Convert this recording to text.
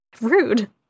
rude